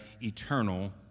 eternal